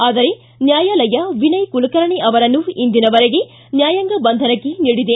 ಆದರೆ ನ್ಯಾಯಾಲಯ ವಿನಯ್ ಕುಲಕರ್ಣಿ ಅವರನ್ನು ಇಂದಿನವರೆಗೆ ನ್ಯಾಯಾಂಗ ಬಂಧನಕ್ಕೆ ನೀಡಿದೆ